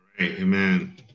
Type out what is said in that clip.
Amen